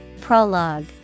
Prologue